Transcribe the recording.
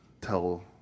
tell